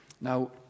Now